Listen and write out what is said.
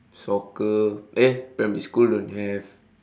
soccer eh primary school don't have